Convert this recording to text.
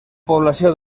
població